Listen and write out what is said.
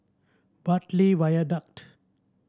Bartley Viaduct